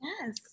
Yes